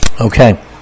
okay